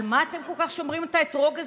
על מה אתם כל כך שומרים את האתרוג הזה?